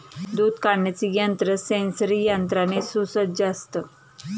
दूध काढण्याचे यंत्र सेंसरी यंत्राने सुसज्ज असतं